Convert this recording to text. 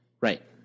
Right